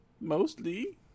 Mostly